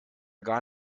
gar